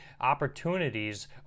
opportunities